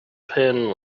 pin